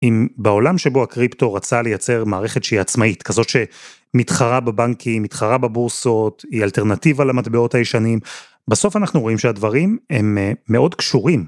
אם בעולם שבו הקריפטו רצה לייצר מערכת שהיא עצמאית כזאת שמתחרה בבנקים, מתחרה בבורסות, היא אלטרנטיבה למטבעות הישנים, בסוף אנחנו רואים שהדברים הם מאוד קשורים.